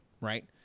right